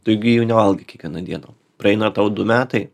tu gi jų nevalgai kiekvieną dieną praeina tau du metai